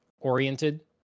oriented